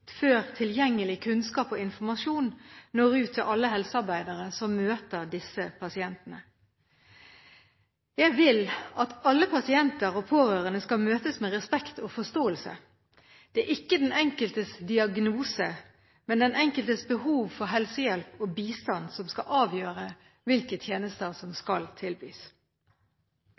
før tilgjengelig kunnskap og informasjon når ut til alle helsearbeidere som møter disse pasientene. Jeg vil at alle pasienter og pårørende skal møtes med respekt og forståelse. Det er ikke den enkeltes diagnose, men den enkeltes behov for helsehjelp og bistand som skal avgjøre hvilke tjenester som skal tilbys.